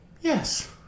Yes